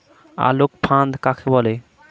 আলোক ফাঁদ কাকে বলে?